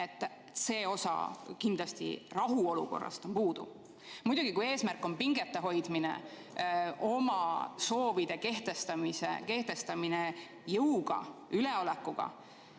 See osa rahuolukorrast on kindlasti puudu. Muidugi, kui eesmärk on pingete hoidmine, oma soovide kehtestamine jõuga, üleolekuga,